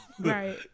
Right